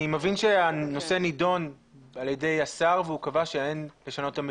אני מבין שהנושא נידון על ידי השר והוא קבע שאין לשנות את המדיניות,